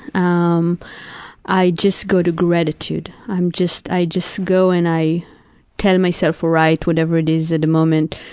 um i just go to gratitude. i'm just, i just go and i tell myself, all right, whatever it is at the moment,